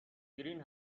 گرین